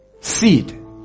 Seed